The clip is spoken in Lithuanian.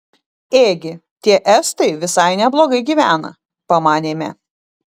ėgi tie estai visai neblogai gyvena pamanėme